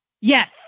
Yes